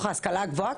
ההשכלה הגבוהה,